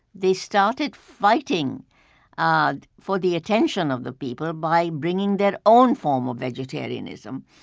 they started fighting ah for the attention of the people by bringing their own form of vegetarianism,